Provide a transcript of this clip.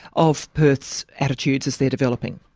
of perth's attitudes as they're developing.